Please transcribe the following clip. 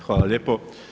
Hvala lijepo.